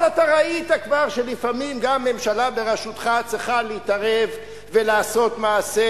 אבל אתה ראית כבר שלפעמים גם ממשלה בראשותך צריכה להתערב ולעשות מעשה,